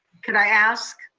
could i ask?